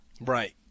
Right